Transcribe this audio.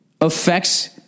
affects